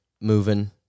moving